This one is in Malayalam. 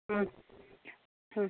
ഉം ഉം